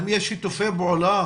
האם יש שיתופי פעולה